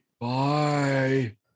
Bye